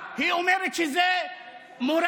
זאת אומרת שהיית שחקן ועכשיו הפסקת?) (אומר